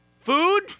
Food